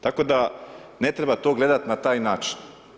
Tako da ne treba to gledati na taj način.